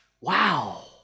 wow